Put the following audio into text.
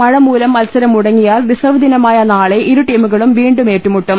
മഴമൂലം മത്സരം മുടങ്ങിയാൽ റിസർവ് ദിന മായ നാളെ ഇരുടീമുകളും വീണ്ടും ഏറ്റുമുട്ടും